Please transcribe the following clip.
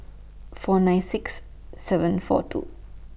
four nine six seven four two